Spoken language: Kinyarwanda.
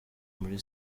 muri